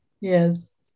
yes